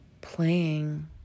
playing